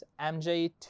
MJ